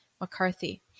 McCarthy